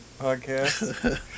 podcast